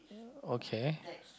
okay